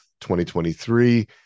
2023